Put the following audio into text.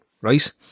right